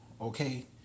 Okay